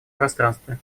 пространстве